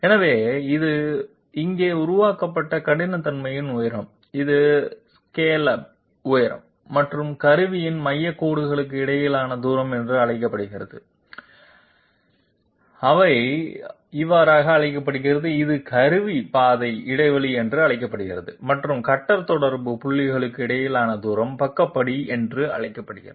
எனவே இது இங்கே உருவாக்கப்பட்ட கடினத்தன்மையின் உயரம் இது ஸ்காலப் உயரம் மற்றும் கருவியின் மையக் கோடுகளுக்கு இடையிலான தூரம் என்று அழைக்கப்படுகிறது அவை அழைக்கப்படுகின்றன இது கருவி பாதை இடைவெளி என்று அழைக்கப்படுகிறது மற்றும் கட்டர் தொடர்பு புள்ளிகளுக்கு இடையிலான தூரம் பக்க படி என்று அழைக்கப்படுகிறது